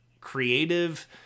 creative